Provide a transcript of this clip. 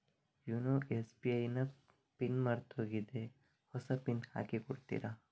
YONO SBI ನ PIN ಮರ್ತೋಗಿದೆ ಹೊಸ ಪಿನ್ ಹಾಕಿ ಕೊಡ್ತೀರಾ?